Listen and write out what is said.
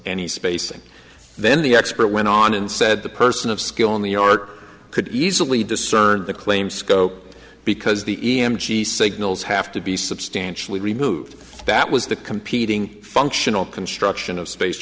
any spacing then the expert went on and said the person of skill in new york could easily discern the claim scope because the e m t signals have to be substantially removed that was the competing functional construction of space